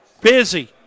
Busy